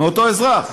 מאותו אזרח.